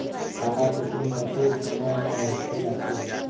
खाता चेकिंग कतेक समय म होथे जाथे?